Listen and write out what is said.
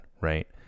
right